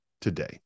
today